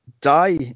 die